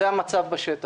זה המצב בשטח.